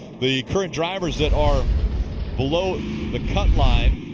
the current drivers that are below the cut line,